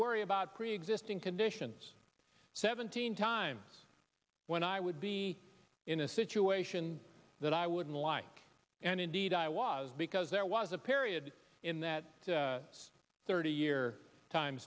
worry about preexisting conditions seventeen times when i would be in a situation that i wouldn't like and indeed i was because there was a period in that thirty year time